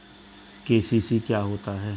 KCC क्या होता है?